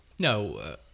No